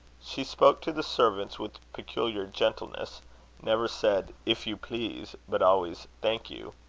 she spoke to the servants with peculiar gentleness never said, if you please but always, thank you.